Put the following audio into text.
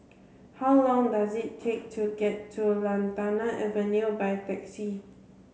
how long does it take to get to Lantana Avenue by taxi